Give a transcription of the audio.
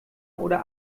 oder